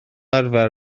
arfer